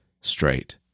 straight